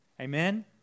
Amen